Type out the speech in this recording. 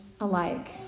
alike